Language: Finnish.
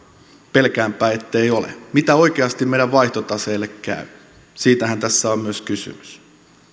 pelkäänpä ettei ole mitä oikeasti meidän vaihtotaseellemme käy siitähän tässä on myös kysymys